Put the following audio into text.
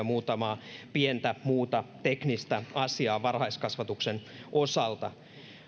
muutamaa muuta pientä teknistä asiaa varhaiskasvatuksen osalta